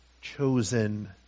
chosen